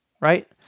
right